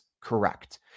correct